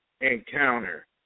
Encounter